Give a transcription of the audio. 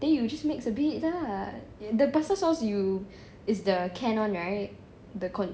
then you just mix a bit lah the pasta sauce you is the can one right the con~